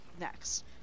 next